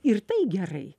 ir tai gerai